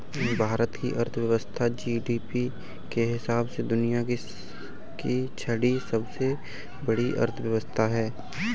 भारत की अर्थव्यवस्था जी.डी.पी के हिसाब से दुनिया की छठी सबसे बड़ी अर्थव्यवस्था है